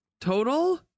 Total